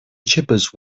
cheapest